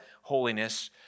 holiness